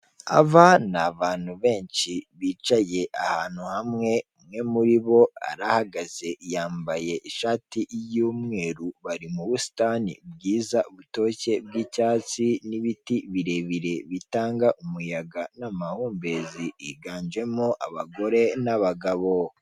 Aha hari amagambo ari mu rurimi rw'ikinyarwanda ari mu mabara y'ubururu amagambo yandikishije mu ibara y'umweru n'umuhondo yandika avuga ngo umusoro ku mutungo utimukanwa umenyekanishwa rya umusoro ku mutungo utimukanwa umenyekanishwa ukanishyurwa bitarenze tariki ya mirongo itatu n'imwe ukuboza za buri mwaka hino hari inyubako iri mu mabara y'umweru n'ibiti.